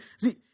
See